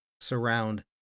surround